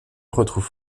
retrouve